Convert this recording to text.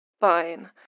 Fine